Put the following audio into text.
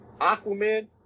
Aquaman